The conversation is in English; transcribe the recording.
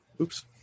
Oops